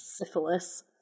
Syphilis